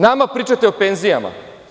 Nama pričate o penzijama?